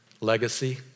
legacy